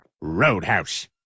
Roadhouse